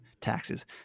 taxes